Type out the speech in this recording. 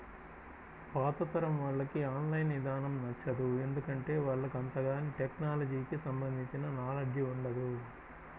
పాతతరం వాళ్లకి online ఇదానం నచ్చదు, ఎందుకంటే వాళ్లకు అంతగాని టెక్నలజీకి సంబంధించిన నాలెడ్జ్ ఉండదు